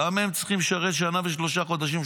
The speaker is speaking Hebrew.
למה הם צריכים לשרת שנה ושלושה חודשים,